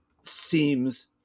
seems